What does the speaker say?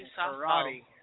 karate